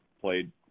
played